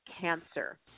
cancer